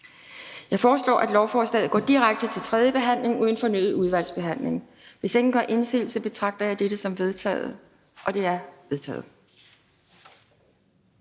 Jeg foreslår, at lovforslaget går direkte til tredje behandling uden fornyet udvalgsbehandling. Hvis ingen gør indsigelse, betragter jeg dette som vedtaget. Det er vedtaget.